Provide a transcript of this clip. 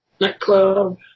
Nightclub